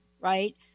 right